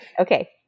Okay